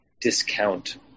discount